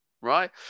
right